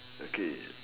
okay